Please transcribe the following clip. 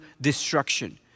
destruction